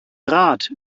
rat